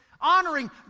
honoring